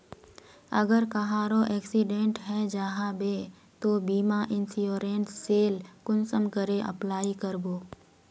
अगर कहारो एक्सीडेंट है जाहा बे तो बीमा इंश्योरेंस सेल कुंसम करे अप्लाई कर बो?